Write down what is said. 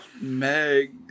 Meg